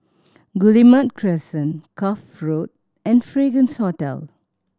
Guillemard Crescent Cuff Road and Fragrance Hotel